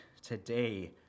today